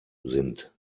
sind